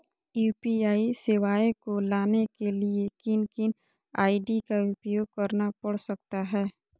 UPI सेवाएं को लाने के लिए किन किन आई.डी का उपयोग करना पड़ सकता है?